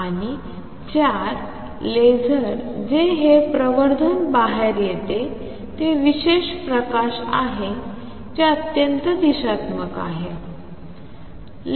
आणि चार लेसर जे हे प्रवर्धन बाहेर येते ते विशेष प्रकाश आहे जे अत्यंत दिशात्मक आहे